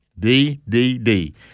D-D-D